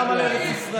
את בשנייה.